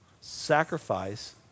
sacrifice